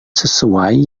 sesuai